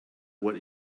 what